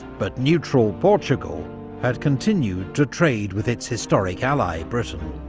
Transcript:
but neutral portugal had continued to trade with its historic ally, britain,